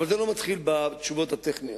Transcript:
אבל זה לא מתחיל בתשובות הטכניות.